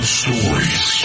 stories